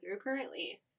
currently